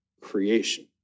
creation